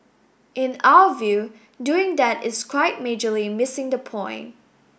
in our view doing that is quite majorly missing the point